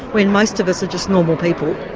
when most of us are just normal people.